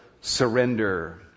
surrender